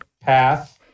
path